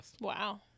Wow